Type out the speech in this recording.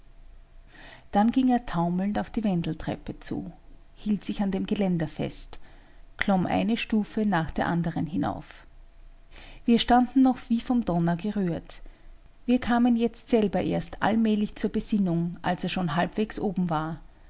dann ging er taumelnd auf die wendeltreppe zu hielt sich an dem geländer fest klomm eine stufe nach der anderen hinauf wir standen noch wie vom donner gerührt wir kamen jetzt selber erst allmählich zur besinnung als er schon halbwegs oben war